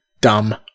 dumb